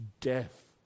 death